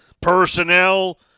Personnel